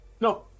No